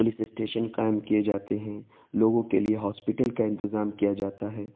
police station قائم کئے جاتے ہیں لوگوں کے لیے ہاسپٹل کا انتظام کیا جاتا ہے